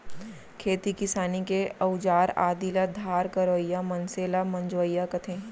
खेती किसानी के अउजार आदि ल धार करवइया मनसे ल मंजवइया कथें